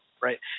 right